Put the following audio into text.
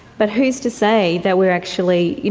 but who's to say that we are actually, you